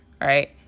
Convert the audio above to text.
right